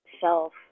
self